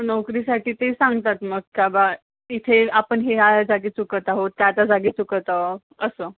नोकरीसाठी ते सांगतात मग का बुवा इथे आपण हे या जागी चुकत आहोत त्या त्या जागी चुकत आहोत असं